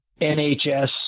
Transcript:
NHS